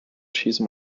cheese